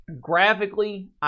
Graphically